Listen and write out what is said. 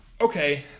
Okay